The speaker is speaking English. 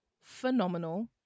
phenomenal